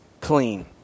clean